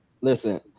listen